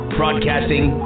broadcasting